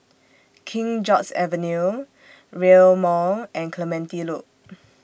King George's Avenue Rail Mall and Clementi Loop